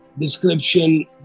description